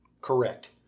Correct